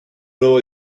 nuevo